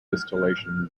distillation